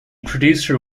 producer